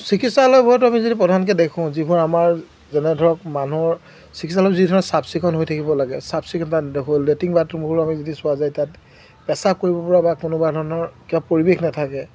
চিকিৎসালয়বোৰত আমি যদি প্ৰধানকৈ দেখোঁ যিবোৰ আমাৰ যেনে ধৰক মানুহৰ চিকিৎসালয়ত যি ধৰণে চাফ চিকুণ হৈ থাকিব লাগে চাফ চিকুণতা নেদেখোঁ লেট্ৰিং বাথৰুমবোৰো আমি যদি চোৱা যায় তাত পেচাব কৰিব পৰা বা কোনোবা ধৰণৰ কিবা পৰিৱেশ নাথাকে